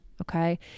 Okay